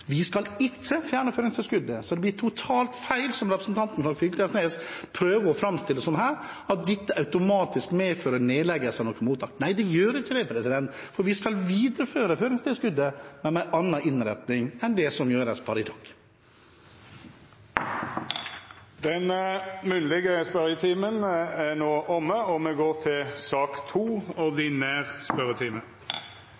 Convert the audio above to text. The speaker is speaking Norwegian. Vi skal ikke fjerne føringstilskuddet, så det blir totalt feil, slik representanten Knag Fylkesnes prøver å framstille det, at dette automatisk medfører nedleggelse av noen mottak. Nei, det gjør ikke det, for vi skal videreføre føringstilskuddet, men med en annen innretning enn i dag. Den munnlege spørjetimen er no omme, og me går til den ordinære spørjetimen. Det vert nokre endringar i den oppsette spørsmålslista, og